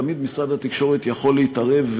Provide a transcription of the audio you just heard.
תמיד משרד התקשורת יכול להתערב,